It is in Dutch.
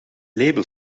label